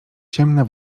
ciemne